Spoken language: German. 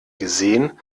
gesehen